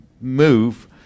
move